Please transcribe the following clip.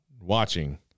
watching